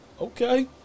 Okay